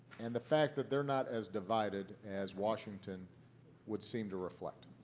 and the fact that they're not as divided as washington would seem to reflect.